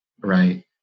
right